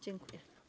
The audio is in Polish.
Dziękuję.